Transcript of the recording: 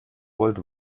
wollt